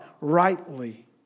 rightly